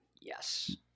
yes